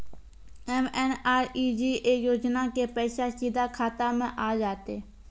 MNREGA योजना के पैसा सीधा खाता मे आ जाते?